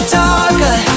talker